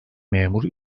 memur